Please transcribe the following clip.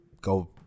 go